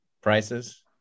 prices